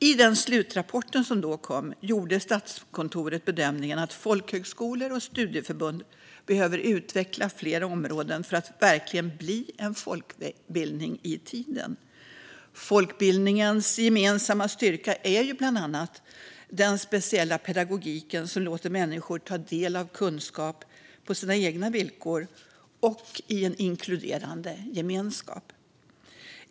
I slutrapporten gjorde Statskontoret bedömningen att folkhögskolor och studieförbund behöver utveckla flera områden för att verkligen bli en folkbildning i tiden. Folkbildningens gemensamma styrka är bland annat den speciella pedagogik som låter människor ta del av kunskap på sina egna villkor och i en inkluderande gemenskap.